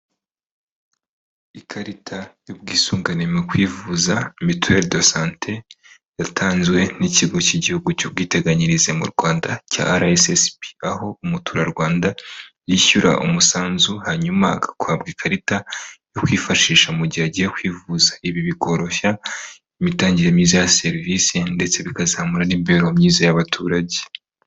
Ikarita y'ubwisungane mu kwivuza mutuelle de sante, yatanzwe n'ikigo cy'igihugu cy'ubwiteganyirize mu Rwanda cya RSSB, aho umuturarwanda yishyura umusanzu hanyuma agahabwa ikarita yo kwifashisha mu gihe agiye kwivuza, ibi bikoroshya imitangire myiza ya serivisi ndetse bikazamura n'imibereho myiza y'abaturage.